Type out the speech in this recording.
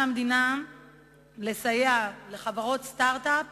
על המדינה לסייע לחברות סטארט-אפ